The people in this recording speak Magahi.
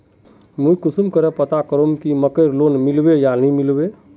मुई कुंसम करे पता करूम की मकईर लोन मिलबे या नी मिलबे?